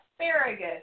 asparagus